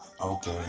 Okay